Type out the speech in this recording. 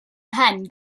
mhen